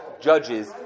judges